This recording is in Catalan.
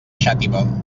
xàtiva